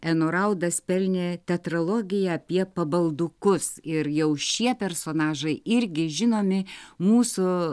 enu raudas pelnė tetralogija apie pabaldukus ir jau šie personažai irgi žinomi mūsų